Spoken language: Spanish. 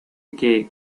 que